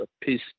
peace